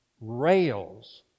rails